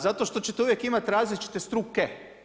Zato što ćete uvijek imati različite struke.